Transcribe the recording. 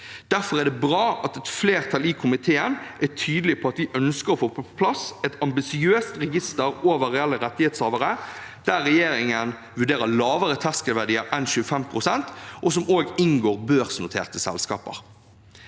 Derfor er det bra at et flertall i komiteen er tydelig på at vi ønsker å få på plass et ambisiøst register over reelle rettighetshavere, der regjeringen vurderer lavere terskelverdi enn 25 pst., og som også inkluderer børsnoterte selskaper.